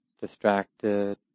distracted